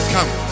Come